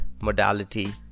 modality